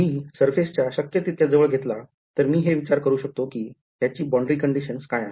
मी surface च्या शक्य तितक्या जवळ घेतला तर मी हे विचारू शकतो कि ह्याची boundary conditions काय आहेत